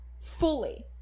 Fully